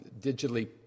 digitally